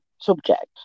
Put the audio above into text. subject